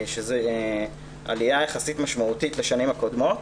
שזו עלייה יחסית משמעותית לשנים הקודמות.